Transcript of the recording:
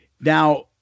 now